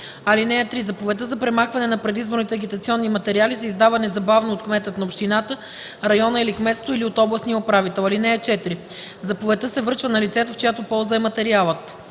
(3) Заповедта за премахване на предизборните агитационни материали се издава незабавно от кмета на общината, района или кметството или от областния управител. (4) Заповедта се връчва на лицето, в чиято полза е материалът.